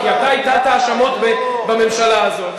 כי אתה הטחת האשמות בממשלה הזאת,